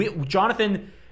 Jonathan